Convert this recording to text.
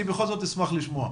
אני בכל זאת אשמח לשמוע.